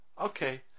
Okay